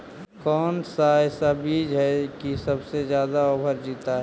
कौन सा ऐसा बीज है की सबसे ज्यादा ओवर जीता है?